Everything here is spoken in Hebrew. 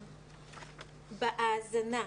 בהזנה,